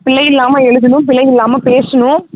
பிழை இல்லாமல் எழுதுணும் பிழை இல்லாமல் பேசுணும்